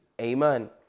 Amen